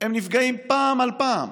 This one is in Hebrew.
הם נפגעים פעם על פעם.